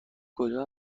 کجا